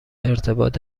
ارتباط